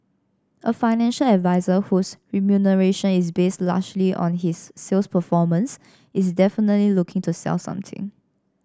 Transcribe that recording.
a financial advisor whose remuneration is based largely on his sales performance is definitely looking to sell something